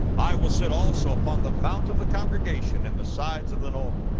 i will sit also upon the mount of the congregation, in the sides of the north,